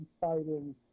fighting